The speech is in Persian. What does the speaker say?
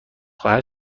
خواهد